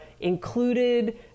included